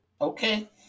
Okay